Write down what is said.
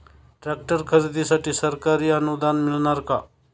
Tractor खरेदीसाठी सरकारी अनुदान मिळणार का?